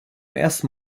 ersten